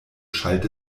schallt